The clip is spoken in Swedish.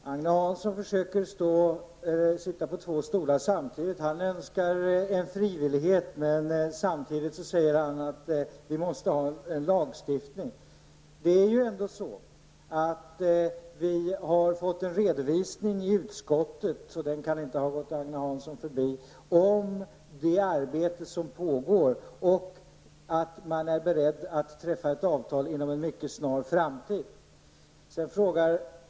Herr talman! Agne Hansson försöker sitta på två stolar samtidigt. Han önskar en frivillighet, men samtidigt säger han att vi måste ha lagstiftning. Vi har fått en redovisning i utskottet -- den kan inte ha gått Agne Hansson förbi -- om det arbete som pågår och om att man är beredd att träffa ett avtal inom en mycket snar framtid.